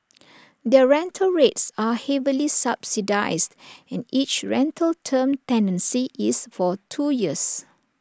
their rental rates are heavily subsidised and each rental term tenancy is for two years